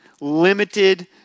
limited